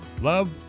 Love